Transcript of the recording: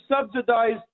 subsidized